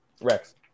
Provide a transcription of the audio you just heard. Rex